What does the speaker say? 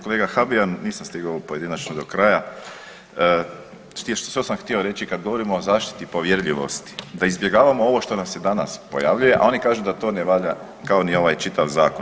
Kolega Habijan nisam stigao pojedinačno do kraja, što sam htio treći kad govorimo o zaštiti povjerljivosti da izbjegavamo ovo što nam se danas pojavljuje, a oni kažu da to ne valja kao ni ovaj čitav zakon.